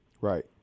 Right